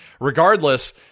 regardless